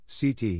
CT